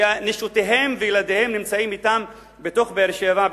ונשותיהם וילדיהם נמצאים אתם בבאר-שבע,